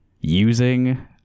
using